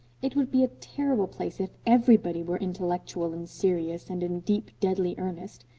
it would be a terrible place if everybody were intellectual and serious and in deep, deadly earnest.